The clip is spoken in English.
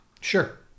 Sure